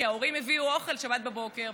כי ההורים הביאו אוכל בשבת בבוקר,